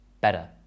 Better